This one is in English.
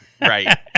Right